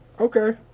Okay